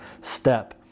step